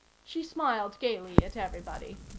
she smiled gaily at everybody.